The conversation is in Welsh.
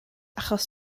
achos